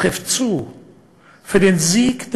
אותו פופוליזם